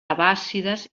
abbàssides